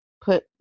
put